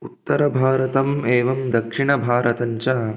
उत्तरभारतम् एवं दक्षिणभारतं च